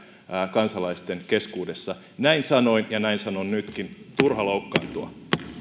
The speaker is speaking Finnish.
kansalaisten keskuudessa näin sanoin ja näin sanon nytkin turha loukkaantua